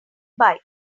bike